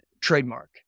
trademark